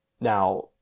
now